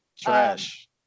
Trash